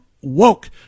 woke